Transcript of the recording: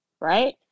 right